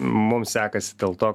mum sekasi dėl to